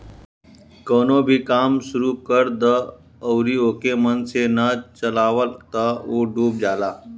कवनो भी काम शुरू कर दअ अउरी ओके मन से ना चलावअ तअ उ डूब जाला